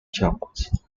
germans